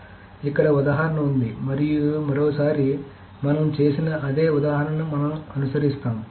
కాబట్టి ఇక్కడ ఉదాహరణ ఉంది మరోసారి మనం చేసిన అదే ఉదాహరణను మనం అనుసరిస్తాము